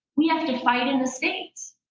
we have to fight in the states.